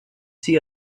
see